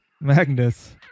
Magnus